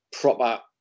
proper